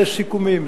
לסיכומים.